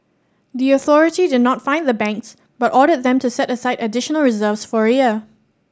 the authority did not fine the banks but ordered them to set aside additional reserves for a year